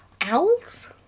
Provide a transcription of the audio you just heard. owls